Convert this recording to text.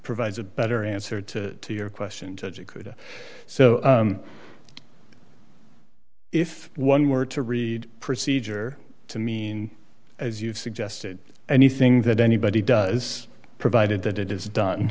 provides a better answer to your question it could so if one were to read procedure to mean as you've suggested anything that anybody does provided that it is done